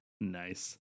Nice